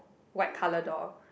white colour door